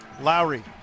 Lowry